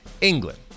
England